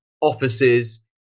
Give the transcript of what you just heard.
offices